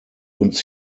uns